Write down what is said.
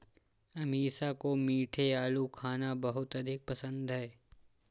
अमीषा को मीठे आलू खाना बहुत अधिक पसंद है